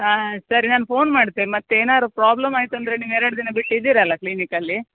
ಹಾಂ ಸರಿ ನಾನು ಫೋನ್ ಮಾಡ್ತೆ ಮತ್ತೆ ಏನಾರು ಪ್ರಾಬ್ಲಮ್ ಆಯಿತು ಅಂದರೆ ನೀವು ಎರಡು ದಿನ ಬಿಟ್ಟು ಇದ್ದೀರಲ್ಲಾ ಕ್ಲಿನಿಕಲ್ಲಿ